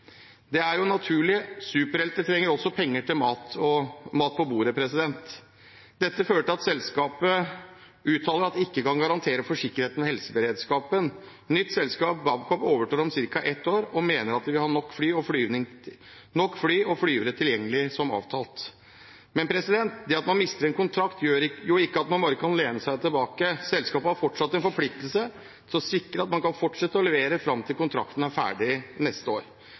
Det er naturlig. Superhelter trenger også penger til mat på bordet. Dette førte til at selskapet uttalte at de ikke kan garantere for sikkerheten og helseberedskapen. Nytt selskap, Babcock, overtar om ca. ett år, og de mener de vil ha nok fly og flygere tilgjengelig som avtalt. Det at man mister en kontrakt, gjør ikke at man bare kan lene seg tilbake. Selskapet har fortsatt en forpliktelse til å sikre at man kan fortsette å levere fram til kontrakten utløper neste år.